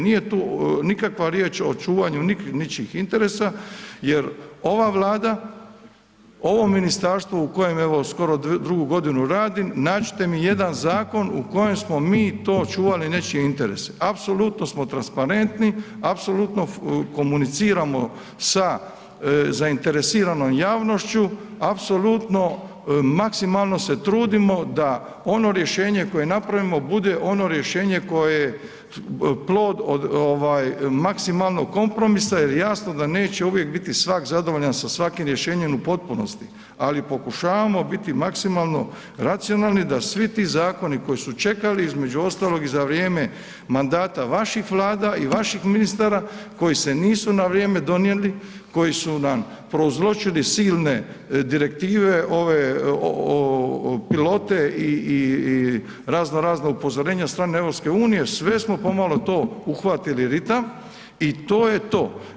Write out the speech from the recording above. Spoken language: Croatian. Nije tu nikakva riječ o čuvanju ničijih interesa jer ova Vlada, ovo ministarstvo u kojem evo skoro drugu godinu radim, nađite mi jedan zakon u kojem smo mi to čuvali nečije interese, apsolutno smo transparentni, apsolutno komuniciramo sa zainteresiranom javnošću, apsolutno maksimalno se trudimo da ono rješenje koje napravimo bude ono rješenje plod od ovaj maksimalnog kompromisa jer jasno da neće uvijek biti svak zadovoljan sa svakim rješenjem u potpunosti, ali pokušavamo biti maksimalno racionalni da svi ti zakoni koji su čekali, između ostalog i za vrijeme mandata vaših vlada i vaših ministara, koji se nisu na vrijeme donijeli, koji su nam prouzročili silne direktive ove pilote i razno razna upozorenja od strane EU, sve smo pomalo to uhvatili ritam i to je to.